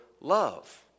love